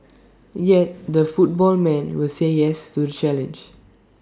yet the football man will say yes to the challenge